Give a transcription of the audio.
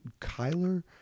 Kyler